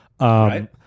Right